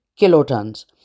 kilotons